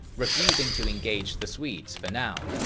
refusing to engage the swedes for now.